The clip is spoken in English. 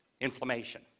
inflammation